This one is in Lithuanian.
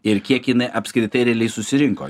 ir kiek jinai apskritai realiai susirinko